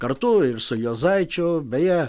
kartu ir su juozaičiu beje